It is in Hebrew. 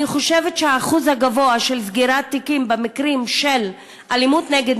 אני חושבת שהאחוז הגבוה של סגירת תיקים במקרים של אלימות נגד